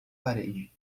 parede